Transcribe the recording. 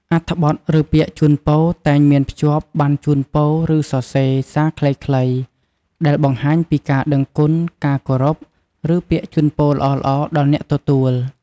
អត្ថបទឬពាក្យជូនពរ តែងមានភ្ជាប់ បណ្ណជូនពរ ឬសរសេរ សារខ្លីៗ ដែលបង្ហាញពីការដឹងគុណ ការគោរព ឬពាក្យជូនពរល្អៗដល់អ្នកទទួល។